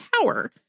power